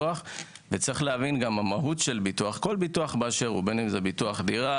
וצריך להבין שכל ביטוח שהוא בין אם זה דירה,